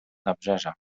nabrzeża